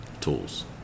Tools